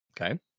Okay